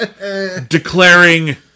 Declaring